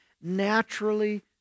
naturally